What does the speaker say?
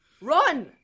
run